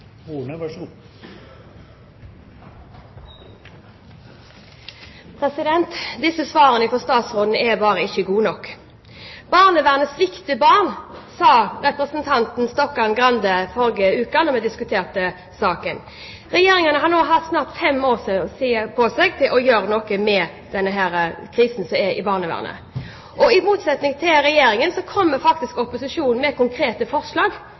Horne – til oppfølgingsspørsmål. Svarene fra statsråden er bare ikke gode nok. «Barnevernet svikter barn», sa representanten Stokkan-Grande i forrige uke, da vi diskuterte saken. Regjeringen har hatt snart fem år på seg til å gjøre noe med krisen i barnevernet. I motsetning til Regjeringen kommer opposisjonen faktisk med konkrete forslag.